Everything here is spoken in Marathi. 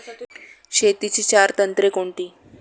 शेतीची चार तंत्रे कोणती?